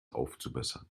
aufzubessern